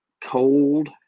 Cold